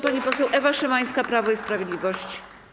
Pani poseł Ewa Szymańska, Prawo i Sprawiedliwość.